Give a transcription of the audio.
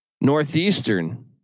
Northeastern